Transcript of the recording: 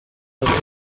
batari